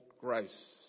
grace